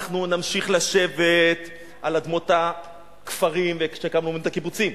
אנחנו נמשיך לשבת על אדמות הכפרים שהקמנו עליהם את הקיבוצים,